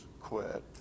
quit